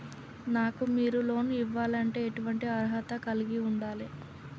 నాకు మీరు లోన్ ఇవ్వాలంటే ఎటువంటి అర్హత కలిగి వుండాలే?